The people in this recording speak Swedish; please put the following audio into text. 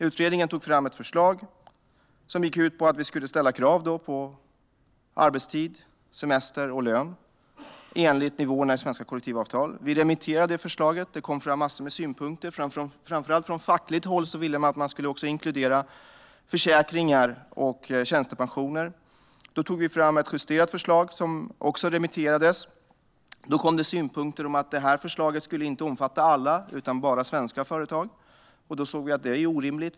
Utredningen tog fram ett förslag som gick ut på att vi skulle ställa krav på arbetstid, semester och lön enligt nivåerna i svenska kollektivavtal. Vi remitterade det förslaget. Det kom fram massor med synpunkter. Framför allt från fackligt håll ville de att man också skulle inkludera försäkringar och tjänstepensioner. Då tog vi fram ett justerat förslag, som också remitterades. Det kom synpunkter om att förslaget inte skulle omfatta alla utan bara svenska företag. Vi såg att det är orimligt.